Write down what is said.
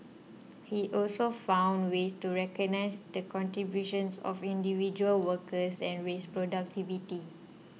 he also found ways to recognise the contributions of individual workers and raise productivity